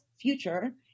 future